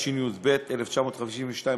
התשי"ב 1952,